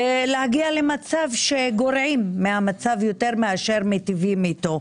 להגיע למצב שגורעים מהמצב יותר מאשר מיטיבים איתו.